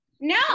No